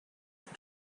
your